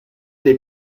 del